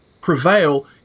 prevail